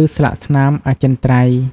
ឬស្លាកស្នាមអចិន្ត្រៃយ៍។